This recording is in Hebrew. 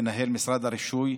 מנהל משרד הרישוי.